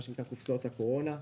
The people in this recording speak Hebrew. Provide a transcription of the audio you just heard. מה שנקרא קופסאות הקורונה.